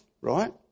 right